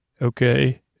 Okay